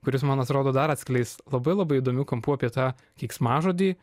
kuris man atrodo dar atskleis labai labai įdomių kampų apie tą keiksmažodį